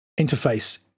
interface